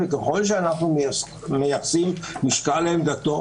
וככל שאנחנו מייחסים משקל לעמדתו,